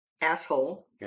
asshole